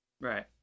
Right